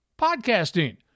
podcasting